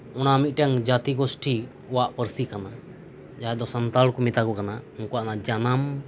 ᱚᱱᱟ ᱢᱤᱫᱴᱟᱝ ᱡᱟᱹᱛᱤ ᱜᱳᱥᱴᱷᱤᱣᱟᱜ ᱯᱟᱹᱨᱥᱤ ᱠᱟᱱᱟ ᱡᱟᱸᱦᱟᱭ ᱫᱚ ᱥᱟᱱᱛᱟᱲ ᱠᱚ ᱢᱮᱛᱟ ᱠᱚ ᱠᱟᱱᱟ ᱩᱱᱠᱩᱣᱟᱜ ᱡᱟᱱᱟᱢ